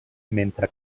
mentre